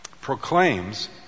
proclaims